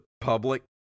public